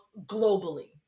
globally